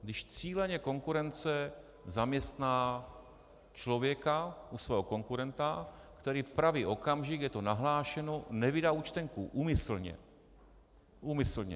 Když cíleně konkurence zaměstná člověka u svého konkurenta, který v pravý okamžik, je to nahlášeno, nevydá účtenku úmyslně úmyslně.